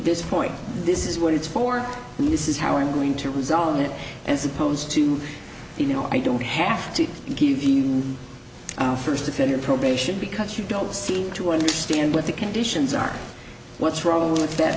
this point this is what it's for and this is how i'm going to resolve it and supposed to you know i don't have to give the first offender probation because you don't seem to understand what the conditions are what's wrong with that